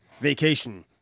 vacation